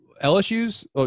LSU's